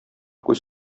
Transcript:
күз